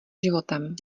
životem